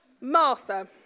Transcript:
Martha